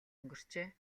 өнгөрчээ